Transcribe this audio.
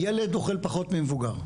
ילד אוכל פחות ממבוגר,